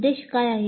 उद्देश काय आहे